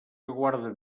guarden